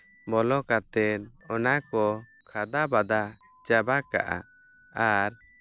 ᱵᱚᱞᱚ ᱠᱟᱛᱮ ᱚᱱᱟ ᱠᱚ ᱠᱷᱟᱫᱟ ᱵᱟᱫᱟ ᱪᱟᱵᱟ ᱠᱟᱜᱼᱟ ᱟᱨ